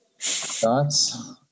Thoughts